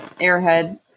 airhead